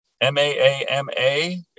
M-A-A-M-A